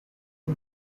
the